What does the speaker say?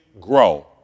grow